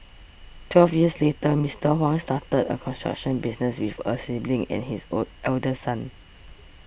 twelve years later Mister Huang started a construction business with a sibling and his old eldest son